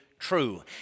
True